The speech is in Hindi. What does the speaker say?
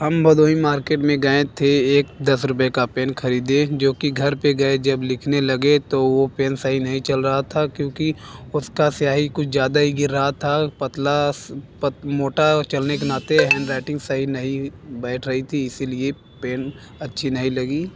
हम भदोही मार्केट में गए थे एक दस रुपये का पेन ख़रीदे जो कि घर पर गए जब लिखने लगे तो वो पेन सही नहीं चल रहा था क्योंकि उसका स्याही कुछ ज़्यादा ही गिर रही था पतला मोटा चलने के नाते हेंड राइटिंग सही नहीं बैठ रही थी इसी लिए पेन अच्छी नहीं लगी